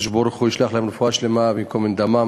הקדוש-ברוך-הוא ישלח להם רפואה שלמה וייקום את דמם